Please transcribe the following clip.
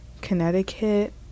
Connecticut